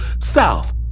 south